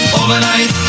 overnight